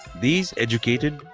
these educated,